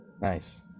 nice